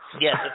Yes